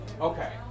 Okay